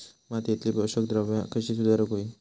मातीयेतली पोषकद्रव्या कशी सुधारुक होई?